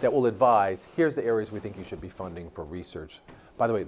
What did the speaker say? that will advise here's the areas we think you should be funding for research by the way